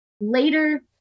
later